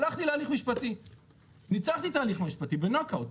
הלכתי להליך משפטי וניצחתי את ההליך המשפטי בנוק אאוט,